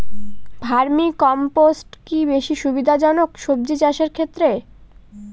Vermi compost কি বেশী সুবিধা জনক সবজি চাষের ক্ষেত্রে?